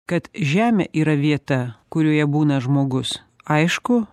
kad žemė yra vieta kurioje būna žmogus aišku